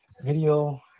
video